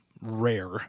rare